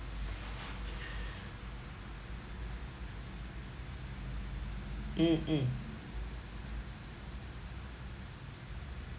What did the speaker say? mm mm